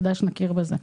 כדאי שנכיר בזה.